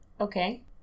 Okay